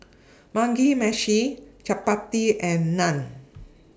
Mugi Meshi Chapati and Naan